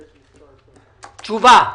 תשובה.